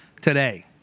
today